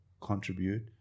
contribute